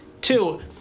Two